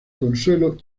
consuelo